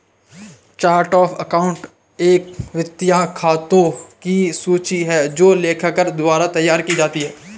chart of account एक वित्तीय खातों की सूची है जो लेखाकार द्वारा तैयार की जाती है